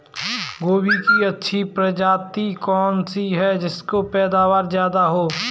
गोभी की अच्छी प्रजाति कौन सी है जिससे पैदावार ज्यादा हो?